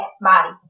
body